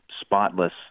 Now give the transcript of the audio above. spotless